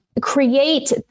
create